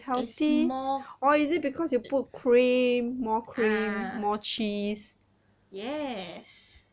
it's more ah yes